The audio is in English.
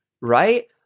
right